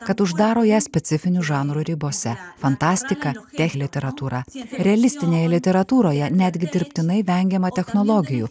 kad uždaro ją specifinių žanrų ribose fantastika tech literatūra realistinėje literatūroje netgi dirbtinai vengiama technologijų